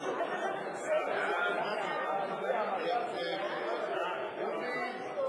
ההצעה להעביר את הצעת חוק